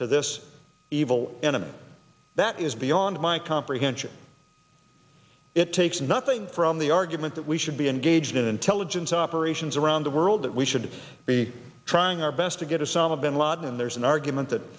to this evil enemy that is beyond my comprehension it takes nothing from the argument that we should be engaged in intelligence operations around the world that we should be trying our best to get osama bin laden and there's an argument that